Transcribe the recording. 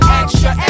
extra